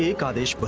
ah goddess but